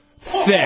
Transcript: thick